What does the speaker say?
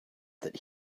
that